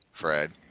Fred